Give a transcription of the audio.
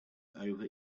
over